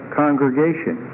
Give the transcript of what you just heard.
congregation